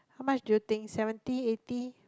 how much do you think seventy eighty